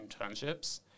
internships